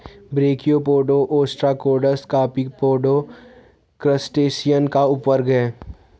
brachiopoda, ostracods, copepoda, crustacean का उपवर्ग है